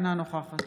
אינה נוכחת